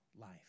life